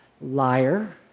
Liar